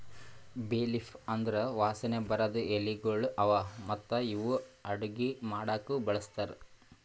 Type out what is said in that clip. ಬೇ ಲೀಫ್ ಅಂದುರ್ ವಾಸನೆ ಬರದ್ ಎಲಿಗೊಳ್ ಅವಾ ಮತ್ತ ಇವು ಅಡುಗಿ ಮಾಡಾಕು ಬಳಸ್ತಾರ್